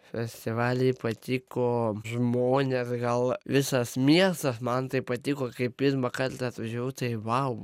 festivaly patiko žmonės gal visas miestas man tai patiko kai pirmą kartą atvažiavau tai vau